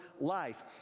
life